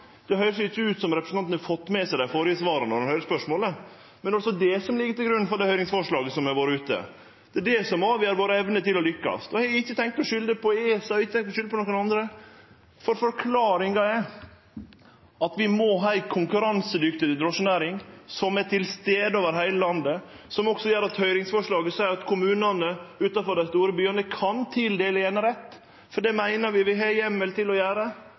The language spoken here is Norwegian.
Det høyrest ikkje ut som om representanten har fått med seg dei førre svara, når ein høyrer spørsmålet, men det er altså det som ligg til grunn for det høyringsforslaget som har vore ute. Det er det som avgjer evna vår til å lykkast. Eg har ikkje tenkt å skulde på ESA, eg har ikkje tenkt å skulde på nokon andre, for forklaringa er at vi må ha ei konkurransedyktig drosjenæring som er til stades over heile landet, som også gjer at høyringsforslaget seier at kommunane utanfor dei store byane kan tildele einerett, for det meiner vi at vi har heimel til å gjere,